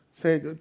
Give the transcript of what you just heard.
say